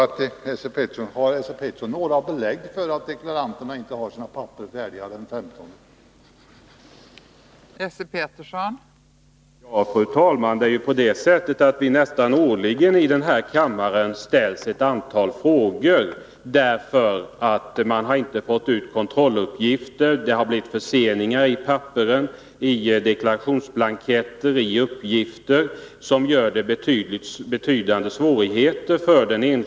Jag vill fråga Esse Petersson: Har Esse Petersson några belägg för att deklaranterna inte har sina handlingar färdiga den 15 februari?